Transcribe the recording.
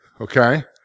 okay